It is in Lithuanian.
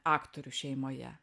aktorių šeimoje